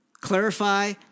clarify